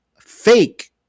fake